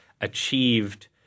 achieved